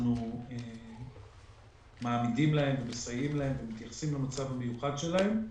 אנחנו מעמידים להם ומסייעים להם ומתייחסים למצב המיוחד שלהם.